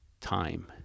time